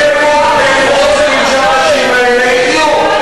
איפה אתם רוצים שהאנשים האלה יחיו?